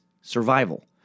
survival